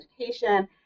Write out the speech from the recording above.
education